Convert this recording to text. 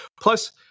Plus